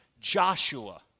Joshua